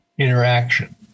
interaction